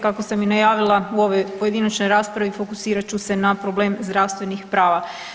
Kako sam i najavila u ovoj pojedinačnoj raspravi fokusirat ću se na problem zdravstvenih prava.